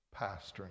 pastoring